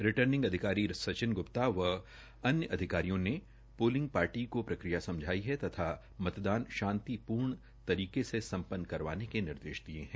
returning अधिकारी सचिन ग्रप्ता व अन्य अधिकारी ने पोलिंग पार्टी को प्रकिया समझाई है तथा मतदान शांतिप्रर्ण तरीके से सम्पन्न करवाने के निर्देश दिये हैं